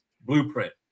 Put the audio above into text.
blueprint